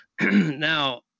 now